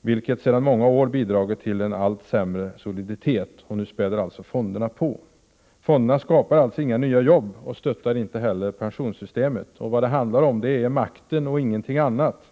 vilket sedan många år bidragit till en allt sämre soliditet. Nu späds detta på genom fonderna. Fonderna skapar alltså inga nya jobb. De stöttar inte heller pensionssystemet. Vad det handlar om är makten och ingenting annat.